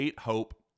Hope